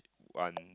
one